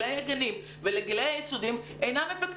לעתיד ילדינו אנחנו יושבים ומשוחחים כמו בסלון בביתנו.